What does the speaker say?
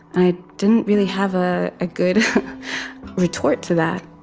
i didn't really have a ah good retort to that